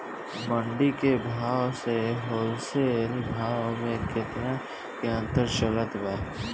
मंडी के भाव से होलसेल भाव मे केतना के अंतर चलत बा?